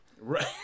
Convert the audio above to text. right